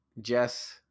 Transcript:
Jess